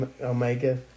Omega